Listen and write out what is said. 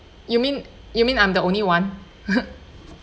you mean you mean I'm the only one